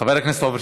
חבר הכנסת עפר שלח,